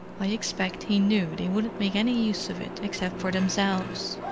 i expect he knew they wouldn't make any use of it except for themselves.